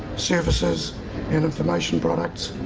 services and information products.